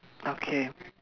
okay